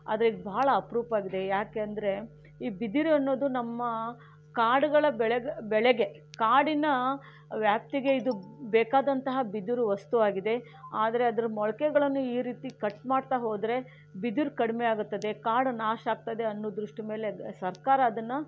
ಆದರೆ ಇದು ಬಹಳ ಅಪರೂಪ ಆಗಿದೆ ಯಾಕೆಂದರೆ ಈ ಬಿದಿರು ಅನ್ನೋದು ನಮ್ಮ ಕಾಡುಗಳ ಬೆಳೆ ಬೆಳೆಗೆ ಕಾಡಿನ ವ್ಯಾಪ್ತಿಗೆ ಇದು ಬೇಕಾದಂತಹ ಬಿದಿರು ವಸ್ತು ಆಗಿದೆ ಆದರೆ ಅದರ ಮೊಳಕೆಗಳನ್ನು ಈ ರೀತಿ ಕಟ್ ಮಾಡ್ತಾ ಹೋದರೆ ಬಿದಿರು ಕಡಿಮೆ ಆಗುತ್ತದೆ ಕಾಡು ನಾಶ ಆಗ್ತದೆ ಅನ್ನೋ ದೃಷ್ಟಿ ಮೇಲೆ ಸರ್ಕಾರ ಅದನ್ನು